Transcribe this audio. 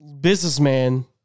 businessman